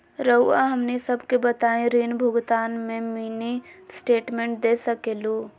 रहुआ हमनी सबके बताइं ऋण भुगतान में मिनी स्टेटमेंट दे सकेलू?